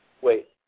Wait